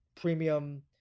premium